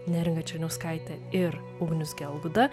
neringa černiauskaitė ir ugnius gelguda